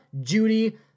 Judy